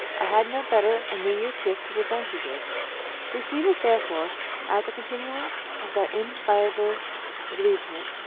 i had no better a new-year's gift to present you with receive it therefore as a continuance of that inviolable obligement,